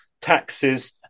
taxes